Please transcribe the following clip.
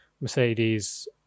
Mercedes